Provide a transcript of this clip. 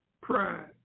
pride